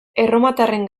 erromatarren